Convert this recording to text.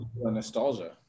Nostalgia